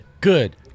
Good